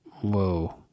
Whoa